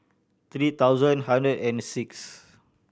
three thousand hundred and sixth